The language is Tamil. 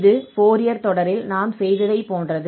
இது ஃபோரியர் தொடரில் நாம் செய்ததைப் போன்றது